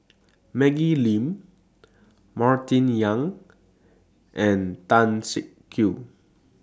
Maggie Lim Martin Yan and Tan Siak Kew